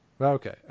Okay